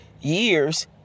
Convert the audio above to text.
years